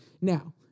Now